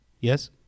Yes